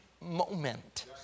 moment